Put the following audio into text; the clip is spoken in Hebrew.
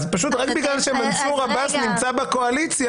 אז פשוט רק בגלל שמנסור עבאס נמצא בקואליציה,